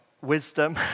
Wisdom